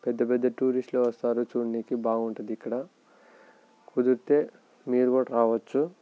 పెద్ద పెద్ద టూరిస్ట్లు వస్తారు చూడటానికి బాగుంటుంది ఇక్కడ కుదిరితే మీరు కూడా రావచ్చు